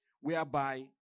Whereby